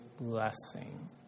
blessing